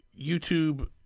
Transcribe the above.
YouTube